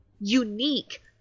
unique